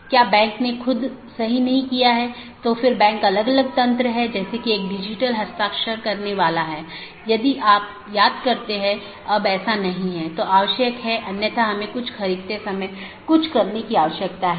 तो इसका मतलब है एक बार अधिसूचना भेजे जाने बाद डिवाइस के उस विशेष BGP सहकर्मी के लिए विशेष कनेक्शन बंद हो जाता है और संसाधन जो उसे आवंटित किये गए थे छोड़ दिए जाते हैं